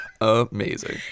Amazing